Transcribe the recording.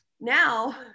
now